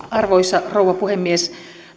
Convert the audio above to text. arvoisa rouva puhemies